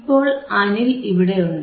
ഇപ്പോൾ അനിൽ ഇവിടെയുണ്ട്